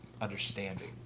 understanding